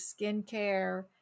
skincare